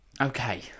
Okay